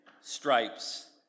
stripes